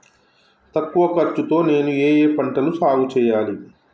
తక్కువ ఖర్చు తో నేను ఏ ఏ పంటలు సాగుచేయాలి?